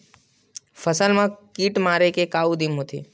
फसल मा कीट मारे के का उदिम होथे?